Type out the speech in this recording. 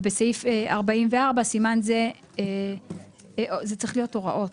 ובסעיף 44 סימן זה, זה צריך להיות הוראות.